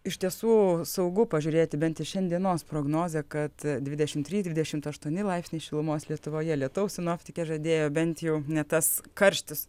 iš tiesų saugu pažiūrėti bent į šiandienos prognozę kad dvidešimt trys dvidešimt aštuoni laipsniai šilumos lietuvoje lietaus sinoptikė žadėjo bent jau ne tas karštis